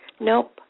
nope